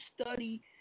study